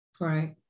Right